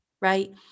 right